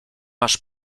masz